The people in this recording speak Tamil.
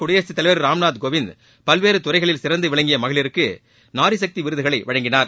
குடியரசு தலைவர் திரு ராம்நாத் கோவிந்த் பல்வேறு துறைகளில் சிறந்து விளங்கிய மகளிருக்கு நாரிசக்தி விருதுகளை வழங்கினார்